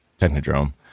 technodrome